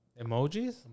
Emojis